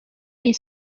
est